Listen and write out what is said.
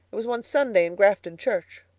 it was one sunday in grafton church.